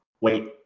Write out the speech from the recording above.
Wait